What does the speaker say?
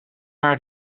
haar